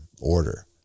order